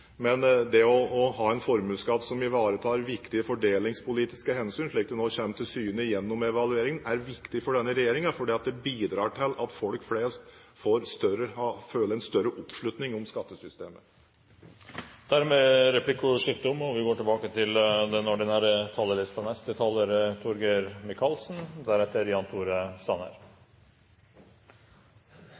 Men det å ha en formuesskatt som ivaretar viktige fordelingspolitiske hensyn, slik det nå kommer til syne gjennom evalueringen, er viktig for denne regjeringen, for det bidrar til at folk flest føler en større oppslutning om skattesystemet. Replikkordskifte er omme. Denne debatten om en – hva skal vi